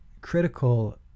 critical